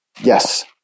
Yes